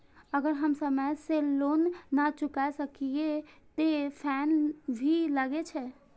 अगर हम समय से लोन ना चुकाए सकलिए ते फैन भी लगे छै?